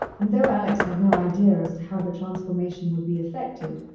and though alex had no idea as to how the transformation would be effected,